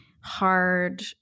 hard